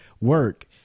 work